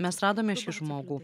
mes radome šį žmogų